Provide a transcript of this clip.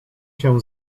się